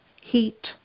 heat